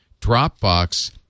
Dropbox